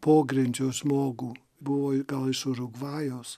pogrindžio žmogų buvo gal iš urugvajaus